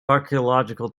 archaeological